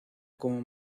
como